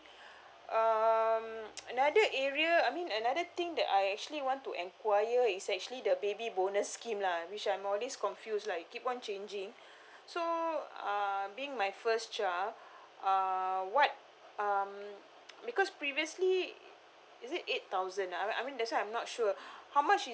um another area I mean another thing that I actually want to enquire is actually the baby bonus scheme lah which I'm always confused lah it keep on changing so uh being my first child uh what um because previously is it eight thousand ah I mean that's why I'm not sure how much